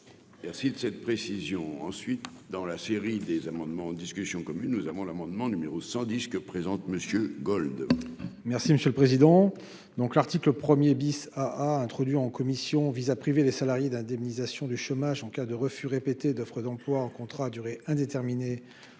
Merci de cette précision ensuite dans la série des amendements en discussion commune, nous avons l'amendement numéro 100 disque présente Monsieur le Gold. Merci monsieur le président, donc, l'article 1er bis à a introduit en commission vise à priver les salariés d'indemnisation du chômage en cas de refus répétés d'offres d'emplois en contrat à durée indéterminée